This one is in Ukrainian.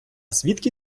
звідки